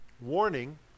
warning